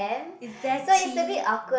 is there tea